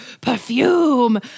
perfume